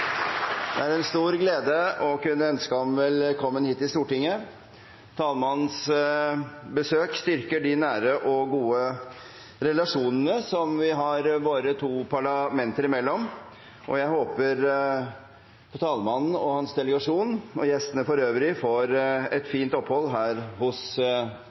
Det er en stor glede å kunne ønske ham velkommen hit til Stortinget. Talmannens besøk styrker de nære og gode relasjonene som vi har våre to parlamenter imellom. Jeg håper at talmannen, hans delegasjon og gjestene for øvrig får et fint opphold her hos